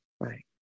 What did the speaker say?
right